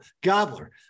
Gobbler